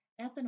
ethanol